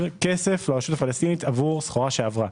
כסף לרשות הפלסטינית עבור סחורה שעברה.